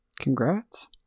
Congrats